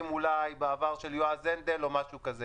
אולי בעבר של יועז הנדל או משהו כזה,